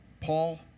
Paul